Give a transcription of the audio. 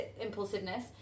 impulsiveness